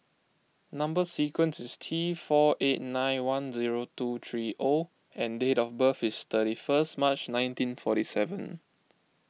Number Sequence is T four eight nine one zero two three O and date of birth is thirty first March nineteen forty seven